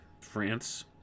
France